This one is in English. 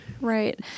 right